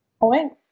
point